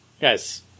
guys